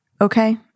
Okay